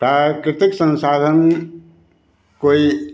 प्राकृतिक संसाधन कोई